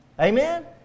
Amen